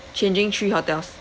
changing three hotels